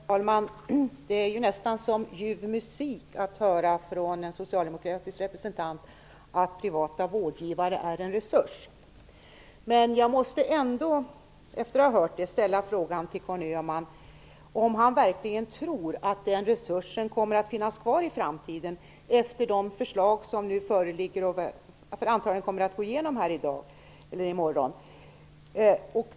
Herr talman! Det låter nästan som ljuv musik när man får höra från en socialdemokratisk representant att privata vårdgivare är en resurs. Men jag måste ändå ställa frågan till Conny Öhman om han verkligen tror att den resursen kommer att finns kvar i framtiden efter de förslag som nu föreligger och som antagligen kommer att gå igenom i morgon.